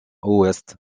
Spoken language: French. ouest